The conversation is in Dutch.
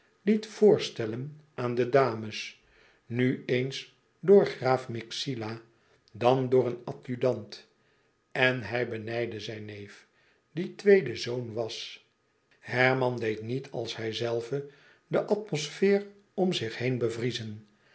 liet voorstellen aan de dames nu eens door graaf myxila dan door een adjudant en hij benijdde zijn neef die tweede zoon was herman deed niet als hijzelve de atmosfeer om zich heen bevriezen